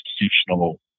institutional